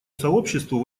сообществу